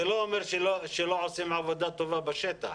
זה לא אומר שהם לא עושים עבודה טובה בשטח.